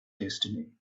destiny